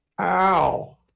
Ow